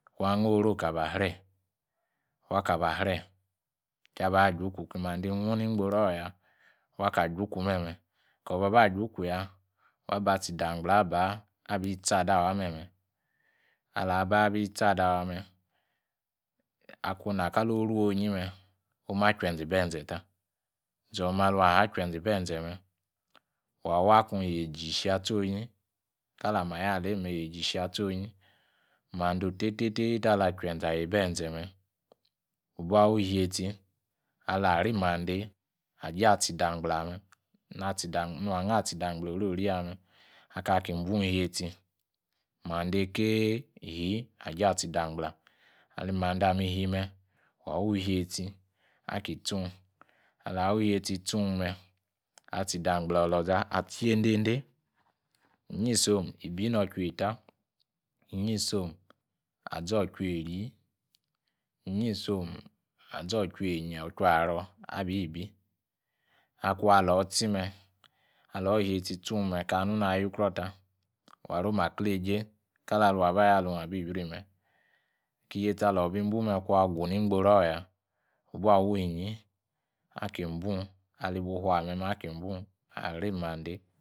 Kuna' woro, kaba sre, wa kaly sre kaba ki mandi uwe ningbor ya, wa kaba ji'ku meme, koba baijuku ya wa ba'tsi ndangbale aba abi chah dawa me me'. Alah bah abi tcha dawa me, akun ina kaloru aloru onyi me', oma tchenzi benze ta, zone alun aha tchen- zi benzeme, awa kun yeji isheatsionyi, kalami aya alème, yeji ishe atsi tele ata achenzeme mande ote wu bai wi ishetsi alasri madi aji'atsi nda. ngbala ndangbala, natsin me, na hat angang ats, udangbala orori me, akaki inbung iyetsi, mande ya! kee ishi aja atsi ndangbala. Alimande amishime, noa wi' sha ishietsi aki isung. Ala wishetsi asung me, atsi indangbala oloza atsiyindeder. lysom, ibi notcha eta myi'som, azi otuaeri, inyi'sen ozo’ tchu enyi otna'ro, abibi aku alor sime, alor awiyetsi tsung me ka muna yikuro ta, warom akleje, kalung aba yo alung abi bri me! ki' yetsi alor bi Asime akung anbu ningbornoya, wu ba wunyi akinbung, alibu iframeme aki’ nbung, ari made.